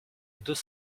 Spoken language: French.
deux